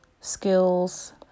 skills